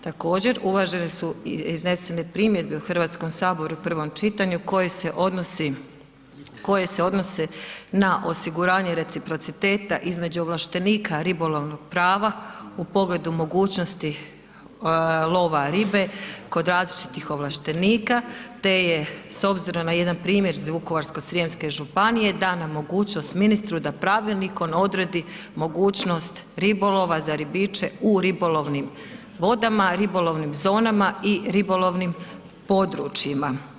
Također, uvažene su iznesene primjedbe u Hrvatskom saboru u prvom čitanju koje se odnose na osiguranje reciprociteta između ovlaštenika ribolovnog prava u pogledu mogućnosti lova ribe kod različitih ovlaštenika te je s obzirom na jedan primjer iz Vukovarsko-srijemske županije dana mogućnost ministru da pravilnikom odredi mogućnost ribolova za ribiče u ribolovnim vodama, ribolovnim zonama i ribolovnim područjima.